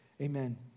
Amen